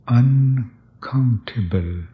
uncountable